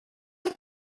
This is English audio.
wind